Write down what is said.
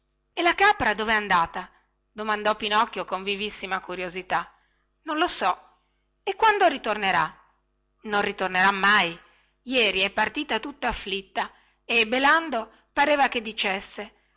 e la capra dovè andata domandò pinocchio con vivissima curiosità non lo so e quando ritornerà non ritornerà mai ieri è partita tutta afflitta e belando pareva che dicesse